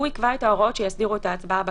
יקבע את ההוראות שיסדירו את ההצבעה בקלפיות,